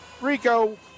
rico